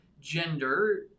gender